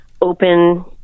open